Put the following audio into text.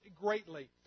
greatly